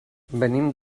venim